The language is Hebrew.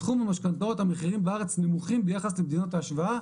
בתחום המשכנתאות המחירים בארץ נמוכים ביחס למדינות ההשוואה.